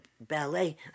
ballet